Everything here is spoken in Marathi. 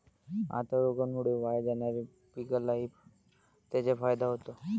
आता रोगामुळे वाया जाणाऱ्या पिकालाही त्याचा फायदा होतो